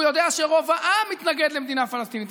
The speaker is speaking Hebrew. הוא יודע שרוב העם מתנגד למדינה פלסטינית,